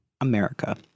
America